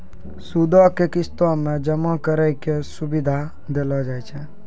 सूदो के किस्तो मे जमा करै के सुविधा देलो जाय छै